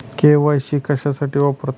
KYC कशासाठी वापरतात?